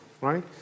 right